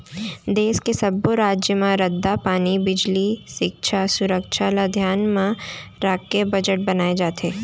देस के सब्बो राज म रद्दा, पानी, बिजली, सिक्छा, सुरक्छा ल धियान राखके बजट बनाए जाथे